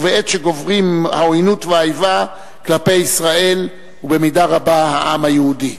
ובעת שגוברות העוינות והאיבה כלפי ישראל ובמידה רבה כלפי העם היהודי.